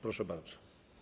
Proszę bardzo.